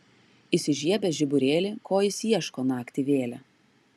įsižiebęs žiburėlį ko jis ieško naktį vėlią